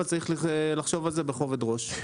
אבל צריך לחשוב על זה בכובד ראש.